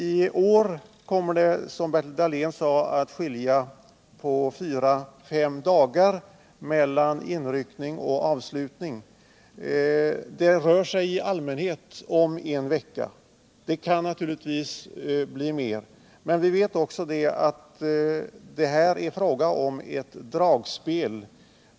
I år kommer det, som Bertil Dahlén sade, att skilja fyra fem dagar mellan inryckning och skolavslutning, men i allmänhet rör det sig om en vecka. Här är det fråga om ett ”dragspel”.